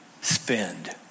spend